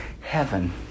heaven